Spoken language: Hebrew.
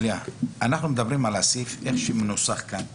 שלמה, אנחנו מדברים על הסעיף כמו שהוא מנוסח כאן.